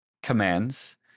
commands